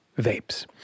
vapes